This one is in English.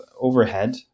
overhead